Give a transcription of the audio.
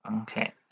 Okay